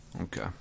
Okay